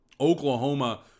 Oklahoma